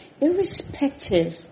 irrespective